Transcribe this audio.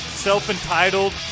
self-entitled